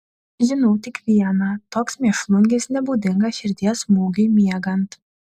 žinau tik viena toks mėšlungis nebūdingas širdies smūgiui miegant